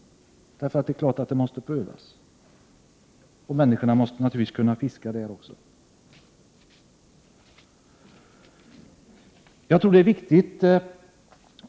Det är klart att sådana frågor måste prövas och att människorna skall kunna fiska i älvarna.